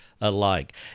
alike